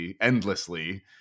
endlessly